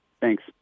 Thanks